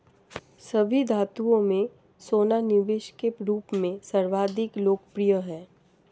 सभी धातुओं में सोना निवेश के रूप में सर्वाधिक लोकप्रिय है